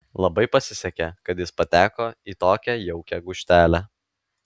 labai pasisekė kad jis pateko į tokią jaukią gūžtelę